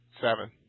Seven